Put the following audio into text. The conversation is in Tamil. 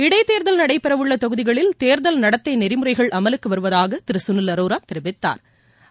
இடைத்தோ்தல் நடைபெறவுள்ள தொகுதிகளில் தோ்தல் நடத்தை நெறிமுறைகள் அமலுக்கு வருவதாக திரு சுனில் அரோரா தெரிவித்தாா்